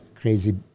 crazy